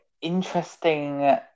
interesting